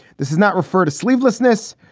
this is not refer to sleeplessness,